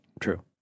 True